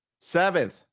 Seventh